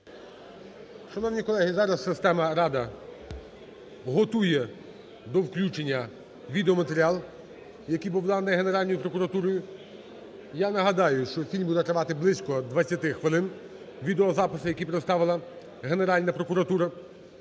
Шановні колеги, зараз система "Рада" готує до включення відеоматеріал, який був наданий Генеральною прокуратурою. Я нагадаю, що фільм буде тривати близько 20 хвилин – відеозаписи, які представила Генеральна прокуратура,